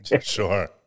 Sure